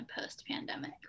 post-pandemic